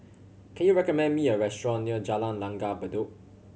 can you recommend me a restaurant near Jalan Langgar Bedok